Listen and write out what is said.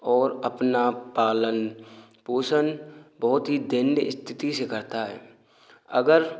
और अपना पालन पोषण बहुत ही दयनीय स्थिति से करता है अगर